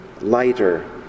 lighter